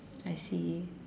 I see